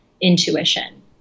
intuition